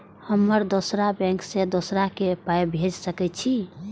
हम दोसर बैंक से दोसरा के पाय भेज सके छी?